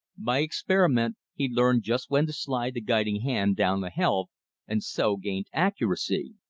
by experiment he learned just when to slide the guiding hand down the helve and so gained accuracy.